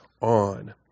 on